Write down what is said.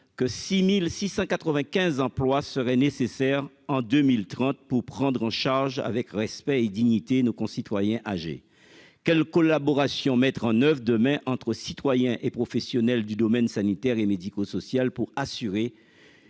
et 6 695 emplois seraient nécessaires en 2030 pour prendre en charge, avec respect et dignité, nos concitoyens âgés. Quelle collaboration mettre en oeuvre demain entre citoyens et professionnels du domaine sanitaire et médico-social pour assurer